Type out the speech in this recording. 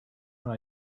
when